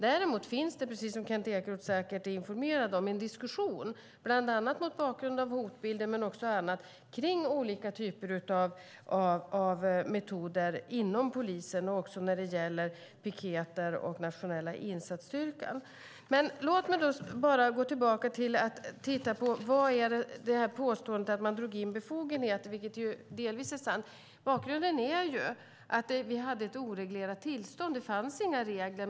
Däremot förs det, som Kent Ekeroth säkert är informerad om, en diskussion, bland annat mot bakgrund av hotbilder, kring olika typer av metoder inom polisen, också när det gäller piketer och Nationella insatsstyrkan. Påståendet att befogenheter drogs in är delvis sant. Bakgrunden var att vi hade ett oreglerat tillstånd. Det fanns inga regler.